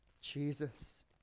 Jesus